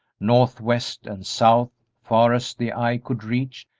north, west, and south, far as the eye could reach,